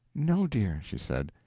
no, dear, she said,